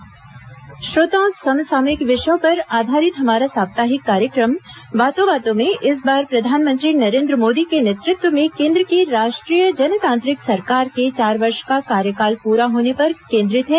बातों बातों में समसामयिक विषयों पर आधारित हमारा साप्ताहिक कार्यक्रम बातों बातों में इस बार प्रधानमंत्री नरेन्द्र मोदी के नेतृत्व में केंद्र की राष्ट्रीय जनतांत्रिक सरकार के चार वर्ष का कार्यकाल पूरा होने पर केंद्रित है